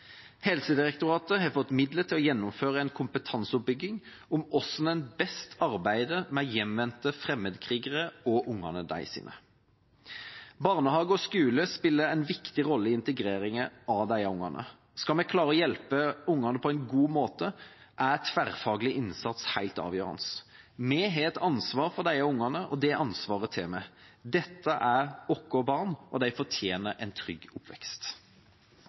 Helsedirektoratet har fått midler til å gjennomføre en kompetanseoppbygging om hvordan man best arbeider med hjemvendte fremmedkrigere og ungene deres. Barnehage og skole spiller en viktig rolle i integreringen av disse ungene. Skal vi klare å hjelpe dem på en god måte, er tverrfaglig innsats helt avgjørende. Vi har et ansvar for disse ungene, og det ansvaret tar vi. Dette er våre barn, og de fortjener en trygg oppvekst.